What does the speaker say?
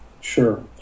Sure